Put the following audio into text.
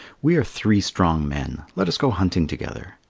we are three strong men. let us go hunting together.